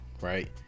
Right